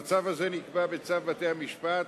המצב הזה נקבע בצו בתי-המשפט,